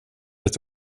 ett